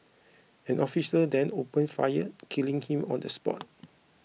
an officer then opened fire killing him on the spot